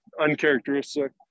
uncharacteristic